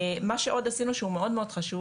מה שעוד עשינו שהוא מאוד מאוד חשוב,